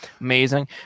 amazing